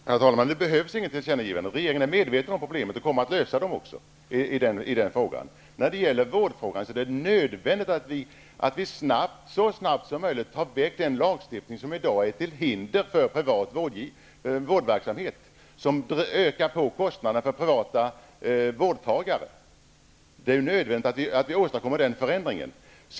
Herr talman! Det behövs inget tillkännagivande. Regeringen är medveten om problemen och kommer att lösa dem också. När det gäller vårdfrågan är det nödvändigt att vi så snabbt som möjligt ändrar den lagstiftning som i dag utgör ett hinder för privat vårdverksamhet och som ökar kostnaderna för privata vårdtagare. Det är nödvändigt att denna förändring åstadkoms.